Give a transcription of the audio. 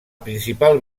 principal